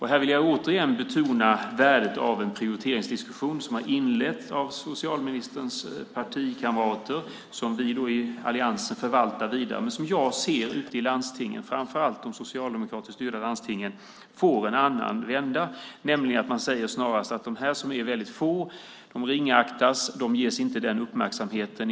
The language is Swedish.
Här vill jag återigen betona värdet av en prioriteringsdiskussion som har inletts av socialministerns partikamrater som vi i alliansen förvaltar vidare, men där jag ser att framför allt de socialdemokratiskt styrda landstingen tar en annan vändning. Där är det snarast så att dessa människor, som är väldigt få, ringaktas. De ges inte den uppmärksamheten.